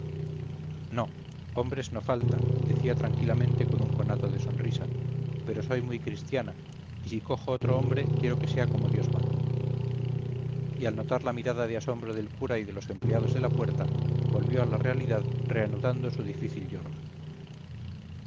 no hombres no faltan decía tranquilamente con un conato de sonrisa pero soy muy cristiana y si cojo otro hombre quiero que sea como dios manda y al notar la mirada de asombro del cura y de los empleados de la puerta volvió a la realidad reanudando su difícil lloro